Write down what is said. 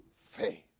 faith